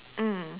mm